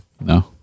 No